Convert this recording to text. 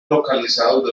localizados